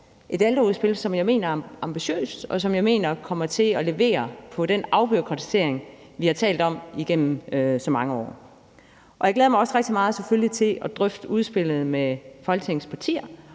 et ældreudspil, som jeg mener er ambitiøst, og som jeg mener kommer til at levere på den afbureaukratisering, vi har talt om igennem så mange år. Jeg glæder mig selvfølgelig også rigtig meget til at drøfte udspillet med Folketingets partier,